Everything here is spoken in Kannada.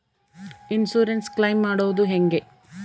ಇನ್ಸುರೆನ್ಸ್ ಕ್ಲೈಮ್ ಮಾಡದು ಹೆಂಗೆ?